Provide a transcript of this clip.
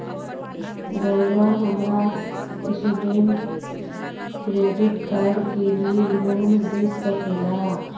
रहुआ हमरा student credit card के लिए लोन दे सके ला?